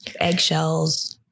eggshells